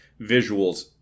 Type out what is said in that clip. visuals